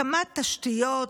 הקמת תשתיות,